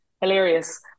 Hilarious